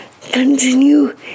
continue